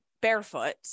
barefoot